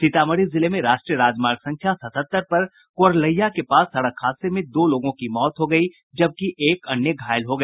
सीतामढ़ी जिले में राष्ट्रीय राजमार्ग संख्या सतहत्तर पर कोरलहिया के पास सड़क हादसे में दो लोगों की मौत हो गयी जबकि एक अन्य घायल हो गया